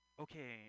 Okay